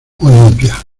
olimpia